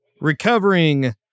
recovering